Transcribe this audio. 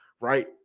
right